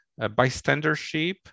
bystandership